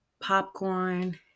Popcorn